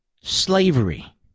slavery